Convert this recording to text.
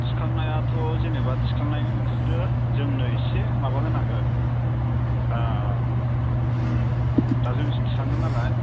थिखांनायाथ' जेनोबा थिखांनायनि नोंसोरो जोंनो इसे माबा होनांगोन ओ उम दा जोंसो थिखांगोन नालाय